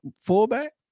fullback